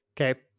Okay